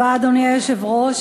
אדוני היושב-ראש,